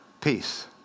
Peace